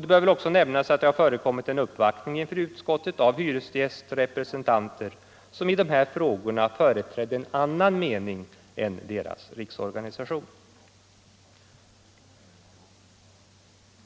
Det bör väl också nämnas att det har förekommit en uppvaktning inför utskottet av hyresgästrepresentanter, som i dessa frågor företrädde annan mening än sin riksorganisation.